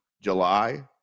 July